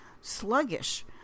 sluggish